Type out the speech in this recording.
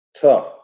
Tough